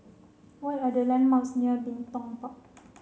what are the landmarks near Bin Tong Park